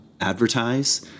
advertise